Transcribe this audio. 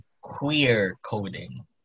queer-coding